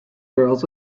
girls